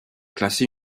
classer